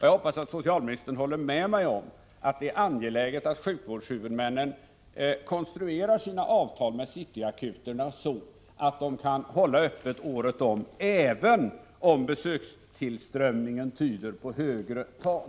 Jag hoppas att socialministern håller med mig om att sjukvårdshuvudmännen bör konstruera sina avtal med City-akuterna så att de kan hålla öppet året om, även om patienttillströmningen visar på högre tal.